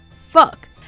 Fuck